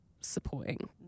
supporting